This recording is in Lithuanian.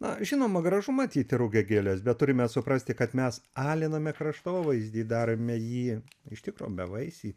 na žinoma gražu matyti rugiagėles bet turime suprasti kad mes aliname kraštovaizdį darome jį iš tikro bevaisį